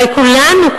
הרי כולנו,